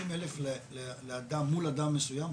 50,000 לאדם מול אדם מסוים,